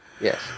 Yes